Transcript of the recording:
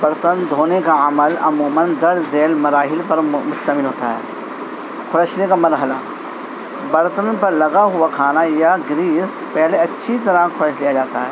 برتن دھونے کا عمل عموماً درج ذیل مراحل پر مشتمل ہوتا ہے کھرچنے کا مرحلہ برتن پر لگا ہوا کھانا یا گریس پہلے اچھی طرح کھرچ لیا جاتا ہے